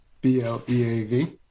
B-L-E-A-V